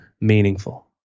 meaningful